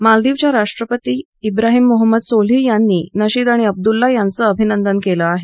मालदीवचे राष्ट्रपती विविम मोहम्मद सोलिह यांनी नशीद आणि अब्दुल्ला यांचं अभिनंदन केलं आहे